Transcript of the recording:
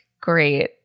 great